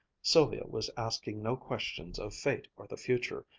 sylvia was asking no questions of fate or the future,